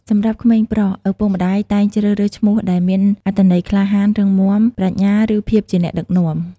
សម្រាប់ក្មេងប្រុស ឪពុកម្តាយតែងជ្រើសរើសឈ្មោះដែលមានអត្ថន័យក្លាហាន រឹងមាំ ប្រាជ្ញា ឬភាពជាអ្នកដឹកនាំ។